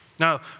Now